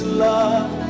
love